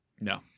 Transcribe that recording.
No